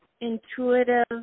intuitive